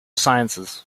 sciences